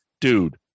Dude